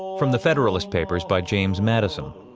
from the federalist papers, by james madison